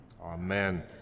Amen